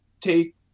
take